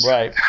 Right